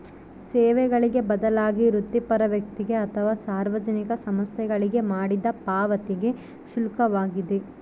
ಸೇವೆಗಳಿಗೆ ಬದಲಾಗಿ ವೃತ್ತಿಪರ ವ್ಯಕ್ತಿಗೆ ಅಥವಾ ಸಾರ್ವಜನಿಕ ಸಂಸ್ಥೆಗಳಿಗೆ ಮಾಡಿದ ಪಾವತಿಗೆ ಶುಲ್ಕವಾಗಿದೆ